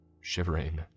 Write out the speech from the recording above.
shivering